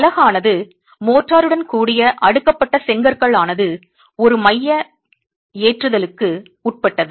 அலகு ஆனது மோர்டாருடன் கூடிய அடுக்கப்பட்ட செங்கற்கள் ஆனது ஒருமைய ஏற்றுதல் க்கு உட்பட்டது